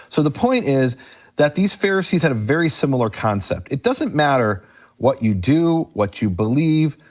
so the point is that these pharisees had a very similar concept. it doesn't matter what you do, what you believe,